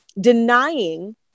denying